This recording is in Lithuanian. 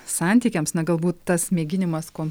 santykiams na galbūt tas mėginimas ko